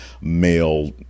male